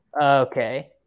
Okay